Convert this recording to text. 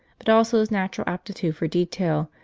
but also his natural aptitude for detail,